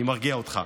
אני מרגיע אותך.